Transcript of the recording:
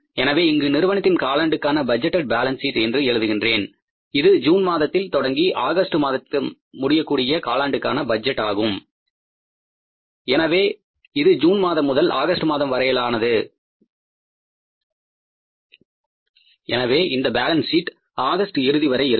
எனவே இங்கு நிறுவனத்தின் காலாண்டுக்கான பட்ஜெட்டேட் பாலன்ஸ் சீட் என்று எழுதுகின்றோம் அது ஜூன் மாதத்தில் தொடங்கி ஆகஸ்ட் மாதத்தில் முடியக் கூடிய காலாண்டுக்கான பட்ஜெட் ஆகும் எனவே இது ஜூன் மாதம் முதல் ஆகஸ்ட் மாதம் வரையிலானது எனவே இந்த பாலன்ஸ் ஷீட் ஆகஸ்ட் இறுதி வரை இருக்கும்